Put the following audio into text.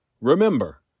Remember